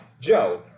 Joe